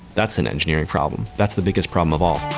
that's an engineering problem. that's the biggest problem of all.